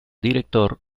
director